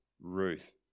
Ruth